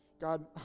God